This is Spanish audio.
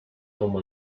como